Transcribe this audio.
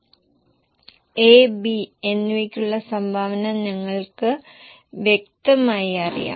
A B എന്നിവയ്ക്കുള്ള സംഭാവന ഞങ്ങൾക്ക് വ്യക്തിഗതമായി അറിയാം